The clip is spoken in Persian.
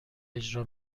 اجرا